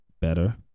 better